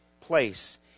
place